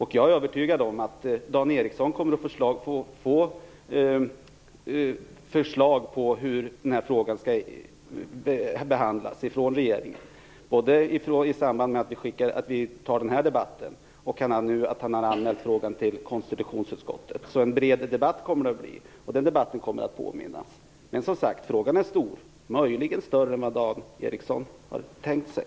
Jag är övertygad om att Dan Ericsson från regeringen kommer att få förslag om hur frågan skall behandlas, både genom den här debatten och genom att han har anmält frågan till konstitutionsutskottet. Det kommer alltså att bli en bred debatt. Men frågan är stor - möjligen större än vad Dan Ericsson har tänkt sig.